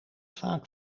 vaak